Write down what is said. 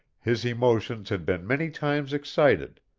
his emotions had been many times excited,